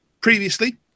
previously